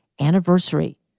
ANNIVERSARY